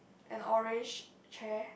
an orange chair